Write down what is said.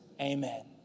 Amen